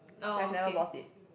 I've never bought it